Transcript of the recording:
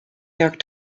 york